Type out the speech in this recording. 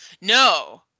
No